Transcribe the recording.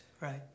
right